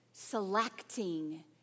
selecting